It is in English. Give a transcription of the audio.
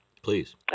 please